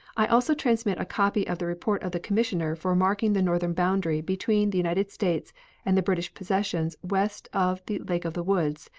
i also transmit copy of the report of the commissioner for marking the northern boundary between the united states and the british possessions west of the lake of the woods,